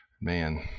man